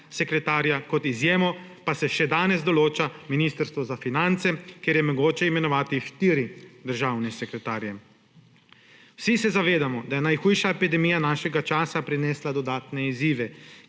sekretarja, kot izjemo pa se še danes določa Ministrstvo za finance, kjer je mogoče imenovati štiri državne sekretarje. Vsi se zavedamo, da je najhujša epidemija našega časa prinesla dodatne izzive,